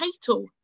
title